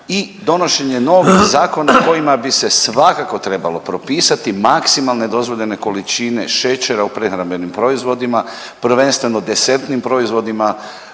i donošenje novih zakona kojima bi se svakako trebalo propisati maksimalne dozvoljene količine šećera u prehrambenim proizvodima, prvenstveno desertnim proizvodima,